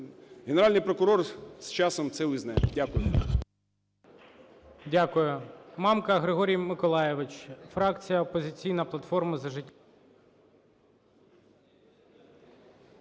Генеральний прокурор із часом це визнає. Дякую.